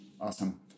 Awesome